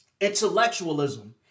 intellectualism